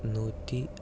നൂറ്റി